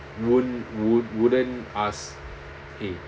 won't won't wouldn't ask !hey!